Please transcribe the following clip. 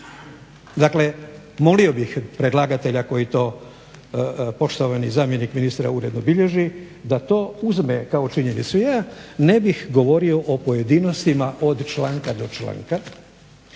Dakle molio bih predlagatelja koji to, poštovani zamjenik ministra uredno bilježi, da to uzme kao činjenicu. Ja ne bih govorio o pojedinostima od članka do članka,